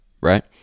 right